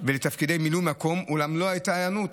ולתפקידי מילוי מקום, אולם לא הייתה היענות.